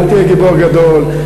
אל תהיה גיבור גדול.